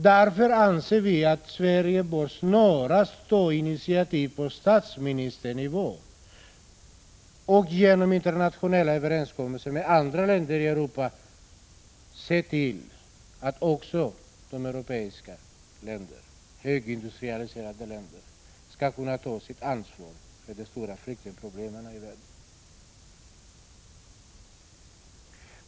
Därför anser vi att Sverige snarast bör ta initiativ på statsministernivå för att genom internationella överenskommelser med andra länder i Europa se till, att också de europeiska högindustrialiserade länderna tar sitt ansvar för världens svåra flyktingproblem.